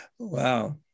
wow